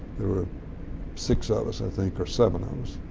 there were six ah of us i think or seven of us.